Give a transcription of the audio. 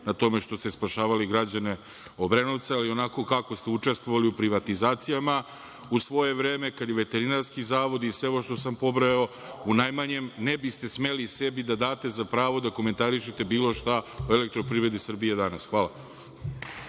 na tome što ste spašavali građane Obrenovca, ali onako kako ste učestvovali u privatizacijama u svoje vreme, kada i veterinarski zavod i sve ovo što sam pobrojao, u najmanjem ne biste smeli sebi da date za pravo da komentarišete bilo šta o „Elektroprivredi Srbije“ danas. Hvala.